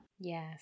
Yes